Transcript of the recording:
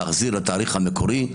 להחזיר לתאריך המקורי,